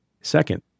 Second